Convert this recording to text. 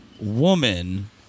woman